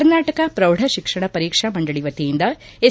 ಕರ್ನಾಟಕ ಪ್ರೌಢ ಶಿಕ್ಷಣ ಪರೀಕ್ಷಾ ಮಂಡಳಿ ವತಿಯಿಂದ ಎಸ್